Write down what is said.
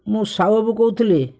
ମୁଁ ସାହୁ ବାବୁ କହୁଥିଲି